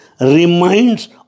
reminds